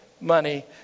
money